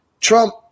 Trump